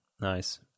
Nice